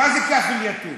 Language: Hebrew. מה זה "קאפל יתים"?